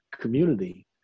community